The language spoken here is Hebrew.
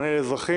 על פניו,